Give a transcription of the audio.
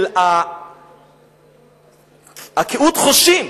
קהות החושים,